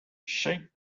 shake